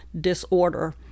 disorder